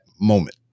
moment